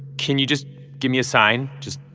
can you just give me a sign? just,